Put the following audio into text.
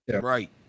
right